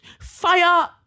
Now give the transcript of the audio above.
fire